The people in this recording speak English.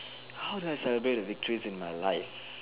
how do I celebrate the victory in my life